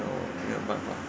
ya lor 没有办法